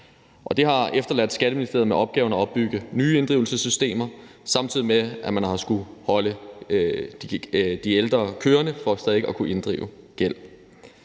Det har efterladt Skatteministeriet med opgaven at opbygge nye inddrivelsessystemer, samtidig med at man har skullet holde de ældre kørende for stadig væk at kunne inddrive gæld.